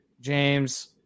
James